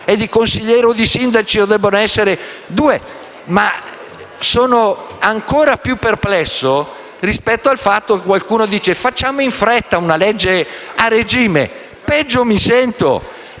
è di consiglieri o di sindaci o se debbano essere due. Ma sono ancor più perplesso rispetto al fatto che qualcuno proponga di fare in fretta una legge a regime. Peggio mi sento,